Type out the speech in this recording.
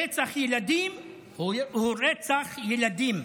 רצח ילדים הוא רצח ילדים.